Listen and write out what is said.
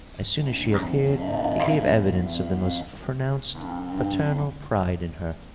as soon as she appeared he gave evidence of the most pronounced paternal pride in her.